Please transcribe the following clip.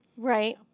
Right